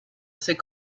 ses